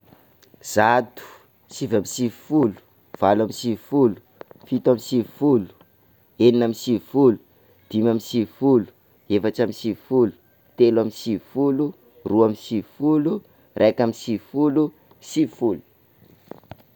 Zato, sivy amby sivifolo, valo amby sivifolo, fito amby sivifolo, enina amby sivifolo, dimy amby sivifolo, efatra amby sivifolo, telo amby sivifolo, roa amby sivifolo, raika amby sivifolo, valopolo